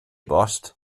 bost